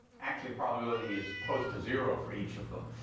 actually the probability is close to zero for each of them.